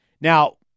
Now